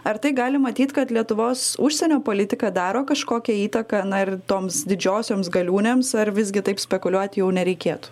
ar tai galim matyt kad lietuvos užsienio politika daro kažkokią įtaką na ir toms didžiosioms galiūnėms ar visgi taip spekuliuot jau nereikėtų